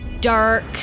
dark